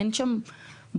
אין שם מועד,